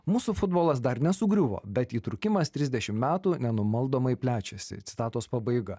mūsų futbolas dar nesugriuvo bet įtrūkimas trisdešim metų nenumaldomai plečiasi citatos pabaiga